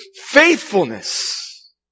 faithfulness